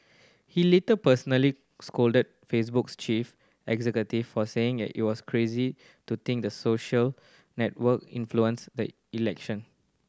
he later personally scolded Facebook's chief executive for saying it it was crazy to think the social network influenced the election